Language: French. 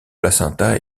placenta